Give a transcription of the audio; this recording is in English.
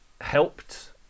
helped